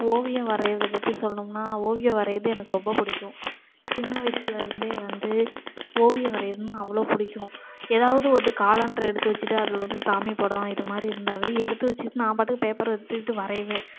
ஓவியம் வரைகிறத பற்றி சொல்லணும்னா ஓவியம் வரைகிறது எனக்கு ரொம்ப பிடிக்கும் சின்ன வயதுலருந்தே வந்து ஓவியம் வரைகிறதுனா அவ்வளோ பிடிக்கும் எதாவது ஒது காலண்டர எடுத்து வச்சுட்டு அதில் வந்து சாமி படம் இதை மாதிரி இருந்தாவே எடுத்து வச்சுட்டு நான் பாட்டுக்கு பேப்பர் எடுத்துகிட்டு வரைவேன்